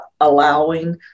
allowing